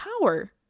power